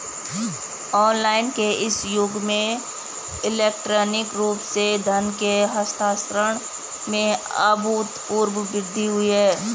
online के इस युग में इलेक्ट्रॉनिक रूप से धन के हस्तांतरण में अभूतपूर्व वृद्धि हुई है